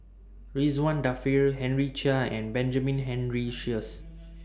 Ridzwan Dzafir Henry Chia and Benjamin Henry Sheares